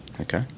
Okay